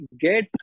get